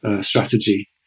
strategy